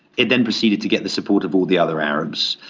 it then proceeded to get the support of all the other arabs.